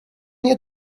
nie